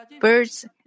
birds